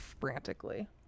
frantically